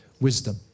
wisdom